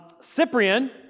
Cyprian